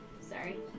Sorry